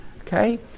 Okay